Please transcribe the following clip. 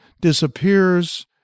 disappears